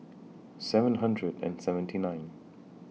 seven hundred and seventy nine